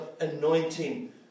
anointing